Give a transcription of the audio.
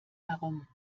herum